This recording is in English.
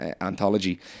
anthology